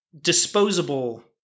disposable